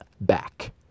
back